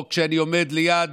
או אני עומד ליד